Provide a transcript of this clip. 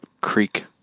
creek